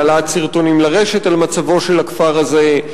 העלאת סרטונים לרשת על מצבו של הכפר הזה,